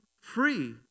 free